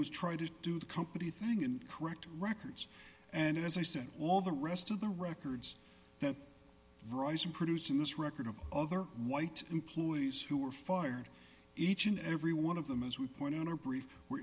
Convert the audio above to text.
was try to do the company thing and correct records and as i said all the rest of the records that rising produce in this record of other white employees who were fired each and every one of them as we point out are brief were